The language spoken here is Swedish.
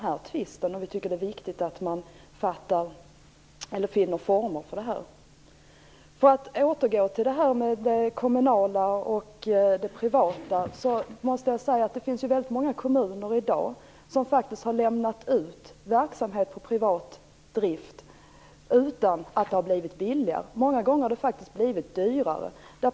Vi tycker att det är viktigt att man finner former för detta. Jag skall återgå till det kommunala och det privata. Det finns i dag många kommuner som faktiskt har lämnat ut verksamhet till privat regi utan att det har blivit billigare. Många gånger har det faktiskt blivit dyrare.